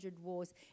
wars